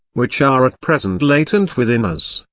which are at present latent within us,